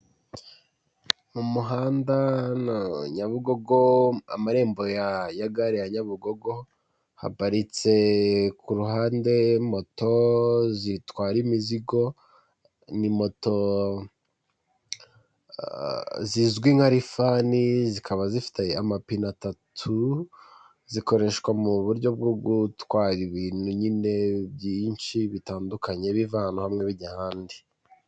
Mu muhanda na Nyabugogo amarembo ya gare ya Nyabugogo, haparitse ku ruhande moto zitwara imizigo ni moto zizwi nka rifani, zikaba zifite amapine atatu, zikoreshwa mu buryo bwo gutwara ibintu nyine byinshi bitandukanye biva ahantu hamwe bijya ahandi.